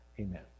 Amen